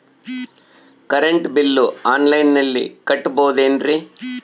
Current bill ಆನ್ಲೈನಿನಲ್ಲಿ ಕಟ್ಟಬಹುದು ಏನ್ರಿ?